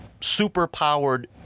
super-powered